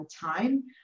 time